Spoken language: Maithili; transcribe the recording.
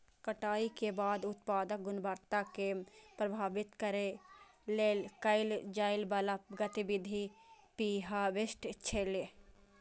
कटाइ के बाद उत्पादक गुणवत्ता कें प्रभावित करै लेल कैल जाइ बला गतिविधि प्रीहार्वेस्ट छियै